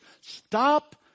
Stop